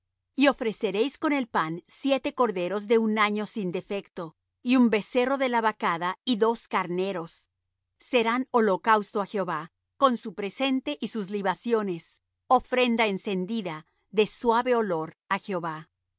y ofreceréis con el pan siete corderos de un año sin defecto y un becerro de la vacada y dos carneros serán holocausto á jehová con su presente y sus libaciones ofrenda encendida de suave olor á jehová